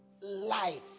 life